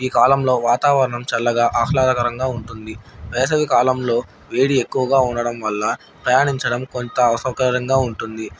ఈ కాలంలో వాతావరణం చల్లగా ఆహ్లాదకరంగా ఉంటుంది వేసవికాలంలో వేడి ఎక్కువగా ఉండడం వల్ల ప్రయాణించడం కొంత అసౌకార్యంగా ఉంటుంది